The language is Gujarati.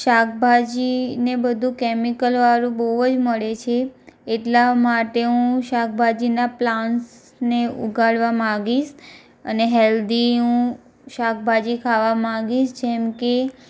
શાકભાજીને બધું કેમિકલવાળું બહુ જ મળે છે એટલા માટે હું શાકભાજીના પ્લાન્ટ્સને ઉગાડવા માંગીશ અને હેલ્ધી હું શાકભાજી ખાવા માંગીશ જેમકે